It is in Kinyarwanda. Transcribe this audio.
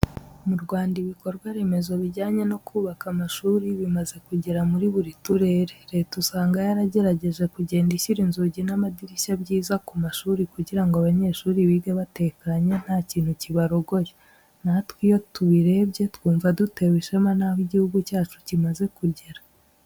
Mu Rwanda ibikorwa remezo bijyanye no kubaka amashuri bimaze kugera muri buri turere. Leta usanga yaragerageje kugenda ishyira inzugi n'amadirishya byiza ku mashuri kugira ngo abanyeshuri bige batekanye nta kintu kibarogoya. Natwe iyo tubirebye twumva dutewe ishema n'aho igihugu cyacu kimaze kugera.